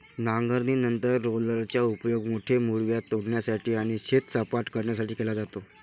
नांगरणीनंतर रोलरचा उपयोग मोठे मूळव्याध तोडण्यासाठी आणि शेत सपाट करण्यासाठी केला जातो